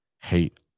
hate